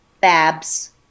Babs